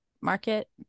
market